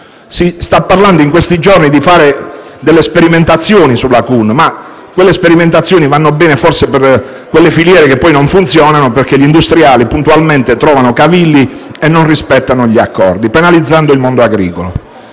Si sta parlando in questi giorni di sperimentazioni sulla CUN, che però vanno bene forse per le filiere che poi non funzionano, perché gli industriali puntualmente trovano cavilli e non rispettano gli accordi, penalizzando il mondo agricolo.